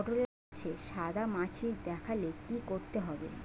পটলে গাছে সাদা মাছি দেখালে কি করতে হবে?